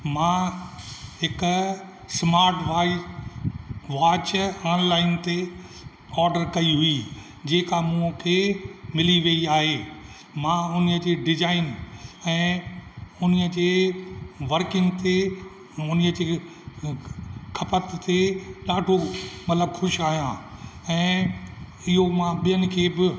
मां हिक स्माट वाई वॉच ओनलाइन ते ऑडर कई हुई जेका मूंखे मिली वेई आहे मां हुनजी डिजाइन ऐं उन्हीअ जे वर्किंग ते उन्हीअ जे खपत खे ॾाढो मतलबु खुशि आहियां ऐं इहो मां ॿियनि खे बि